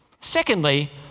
secondly